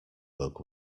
bug